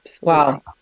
Wow